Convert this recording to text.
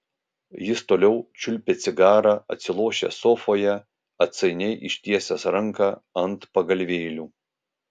jis toliau čiulpė cigarą atsilošęs sofoje atsainiai ištiesęs ranką ant pagalvėlių